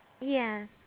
Yes